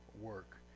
work